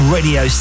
Radio